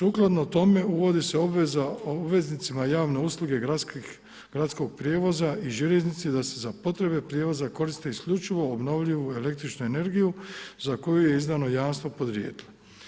Sukladno tome uvodi se obveza obveznicima javne usluge gradskog prijevoza i željeznice da se za potrebe prijevoza koriste isključivo obnovljivu električnu energiju za koju je izdano jasno podrijetlo.